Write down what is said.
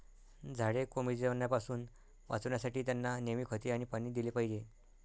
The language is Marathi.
झाडे कोमेजण्यापासून वाचवण्यासाठी, त्यांना नेहमी खते आणि पाणी दिले पाहिजे